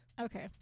Okay